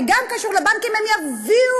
שגם קשור לבנקים, הם יביאו